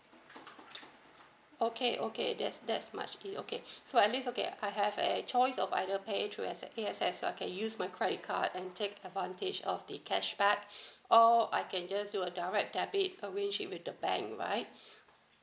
okay okay that's that's much it okay so at least okay I have a choice of either pay through axs so I can use my credit card and take advantage of the cashback or I can just do a direct debit arrange it with the bank right